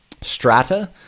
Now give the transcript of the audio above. strata